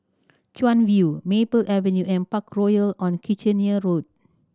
Chuan View Maple Avenue and Parkroyal on Kitchener Road